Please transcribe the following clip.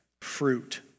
fruit